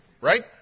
Right